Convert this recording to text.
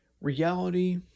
reality